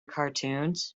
cartoons